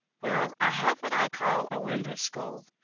well, i have what i call a window-school.